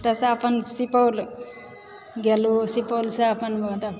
एतयसँ अपन सुपौल गेलहुँ सुपौलसँ अपन